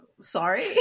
sorry